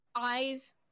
eyes